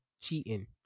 cheating